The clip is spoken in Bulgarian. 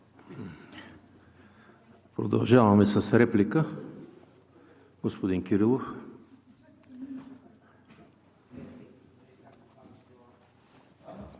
Продължаваме с реплика на господин Кирилов.